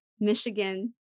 Michigan